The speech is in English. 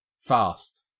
Fast